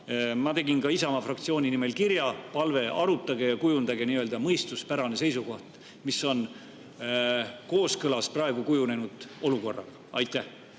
Ma tegin ka Isamaa fraktsiooni nimel kirja palvega, et arutage ja kujundage nii-öelda mõistuspärane seisukoht, mis on kooskõlas praegu kujunenud olukorraga. Aitäh,